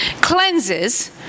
cleanses